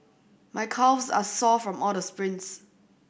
my calves are sore from all the sprints